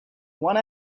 one